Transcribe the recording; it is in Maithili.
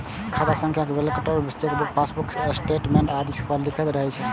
खाता संख्या welcome letter, chequebook, passbook, bank statement आदि पर लिखल रहै छै